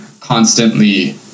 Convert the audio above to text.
constantly